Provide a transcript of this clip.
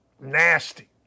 nasty